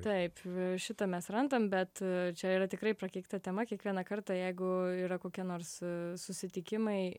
taip šitą mes randam bet čia yra tikrai prakeikta tema kiekvieną kartą jeigu yra kokie nors susitikimai